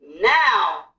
now